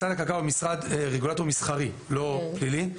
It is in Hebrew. משרד הכלכלה הוא רגולטור מסחרי ולא פלילי.